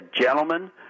gentlemen